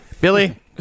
Billy